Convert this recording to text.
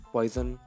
Poison